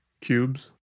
cubes